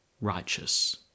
Righteous